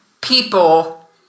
people